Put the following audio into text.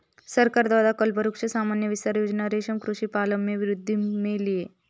सरकार द्वारा कल्पवृक्ष सामान्य विस्तार योजना रेशम कृषि पालन में वृद्धि के लिए